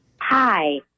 Hi